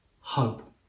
hope